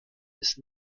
ist